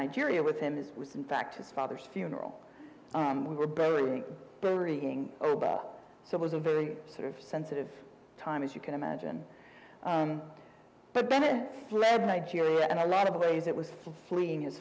nigeria with him this was in fact his father's funeral we were buried so it was a very sort of sensitive time as you can imagine but then it fled nigeria and a lot of ways it was fleeing his